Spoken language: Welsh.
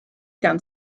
gan